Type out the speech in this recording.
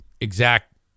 exact